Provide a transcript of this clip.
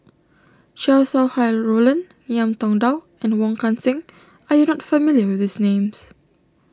Chow Sau Hai Roland Ngiam Tong Dow and Wong Kan Seng are you not familiar with these names